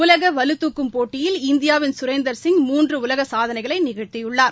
உலக வலுதாக்கும் போட்டியில் இந்தியாவின் சுரேந்தர் சிங் மூன்று உலக சாதனைகளை நிகழ்த்தியுள்ளார்